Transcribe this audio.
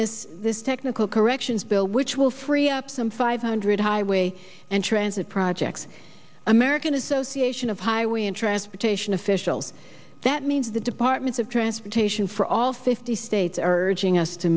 this this technical corrections bill which will free up some five hundred highway and transit projects american association of highway and transportation officials that means the department of transportation for all fifty states urging us to